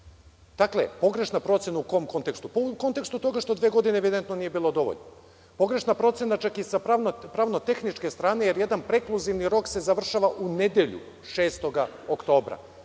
Dakle pogrešna procena u kom kontekstu? U kontekstu toga što dve godine evidentno nije bilo dovoljno. Pogrešna procena čak i sa pravno-tehničke strane, jer jedan prekluzivni rok se završava u nedelju 6. oktobra